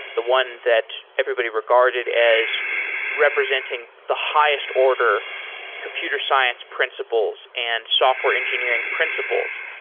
the one that everybody regarded as representing the highest order computer science principles and software engineering principles.